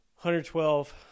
112